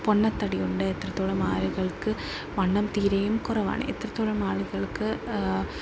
പൊണ്ണത്തടിയുണ്ട് എ ത്രത്തോളം ആളുകൾക്ക് വണ്ണം തീരെയും കുറവാണ് എത്രത്തോളം ആളുകൾക്ക്